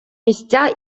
місця